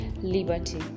liberty